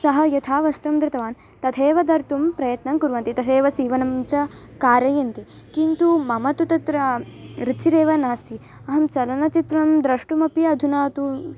सः यथा वस्त्रं धृतवान् तथैव धर्तुं प्रयत्नं कुर्वन्ति तथैव सीवनं च कारयन्ति किन्तु मम तु तत्र रुचिरेव नास्ति अहं चलनचित्रं द्रष्टुमपि अधुना तु